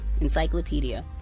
Encyclopedia